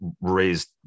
raised